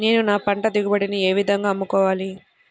నేను నా పంట దిగుబడిని ఏ విధంగా అమ్ముకోవాలి?